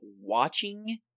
watching